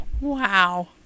Wow